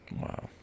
Wow